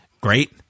Great